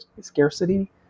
scarcity